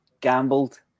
gambled